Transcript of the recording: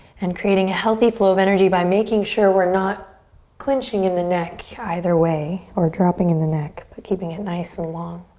and creating ah healthy flow of energy by making sure we're not clenching in the neck either way or dropping in the neck but keeping it nice and long.